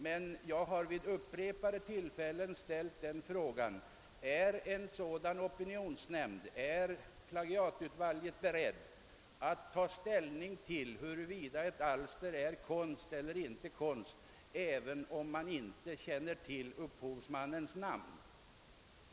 Men jag har vid upprepade tillfällen ställt frågan: Är en sådan opinionsnämnd beredd att ta hänsyn till huruvida ett alster är konst eller inte konst även om man inte känner upphovsmannens namn?